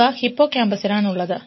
ഇവ ഹിപ്പോക്യാമ്പസിലാണ് ഉള്ളത്